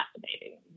fascinating